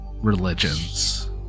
religions